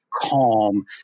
calm